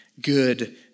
good